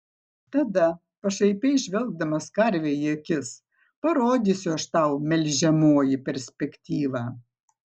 tada pašaipiai žvelgdamas karvei į akis parodysiu aš tau melžiamoji perspektyvą